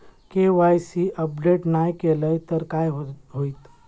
KYC update नाय केलय तर काय होईत?